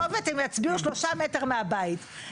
הם יצביעו שלושה מטר מהבית,